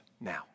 now